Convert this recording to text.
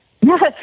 Yes